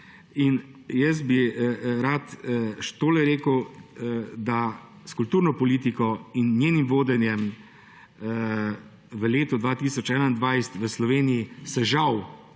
Rad bi rekel še to, da s kulturno politiko in njenim vodenjem v letu 2021 v Sloveniji se žal